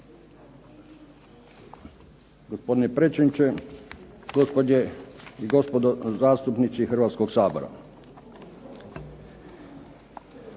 Gospodine predsjedniče, gospođe i gospodo zastupnici Hrvatskoga sabora.